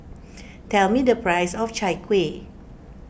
tell me the price of Chai Kueh